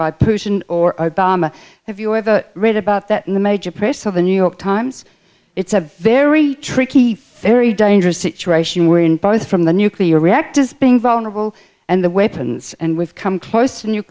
if you ever read about that in the major press of the new york times it's a very tricky very dangerous situation we're in both from the nuclear reactors being vulnerable and the weapons and we've come close to n